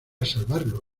salvarlo